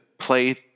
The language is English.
play